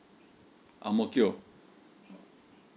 ang mo kio